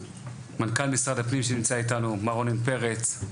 מנכ"ל משרד הפנים שנמצא איתנו מר רונן פרץ.